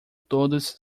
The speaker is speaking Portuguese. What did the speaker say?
todos